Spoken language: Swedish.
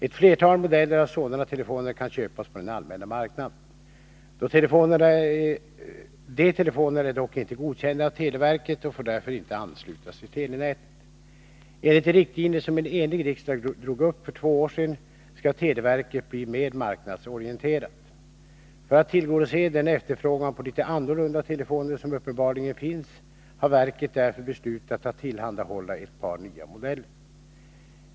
Ett flertal modeller av sådana telefoner kan köpas på den allmänna marknaden. De telefonerna är dock inte godkända av televerket och får därför inte anslutas till telenätet. Enligt de riktlinjer som en enig riksdag drog upp för två år sedan skall televerket bli mer marknadsorienterat. För att tillgodose den efterfrågan på litet annorlunda telefoner som uppenbarligen finns har verket därför beslutat att tillhandahålla ett par nya modeller.